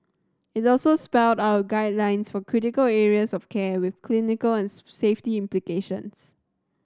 it also spelled out guidelines for critical areas of care with clinical and safety implications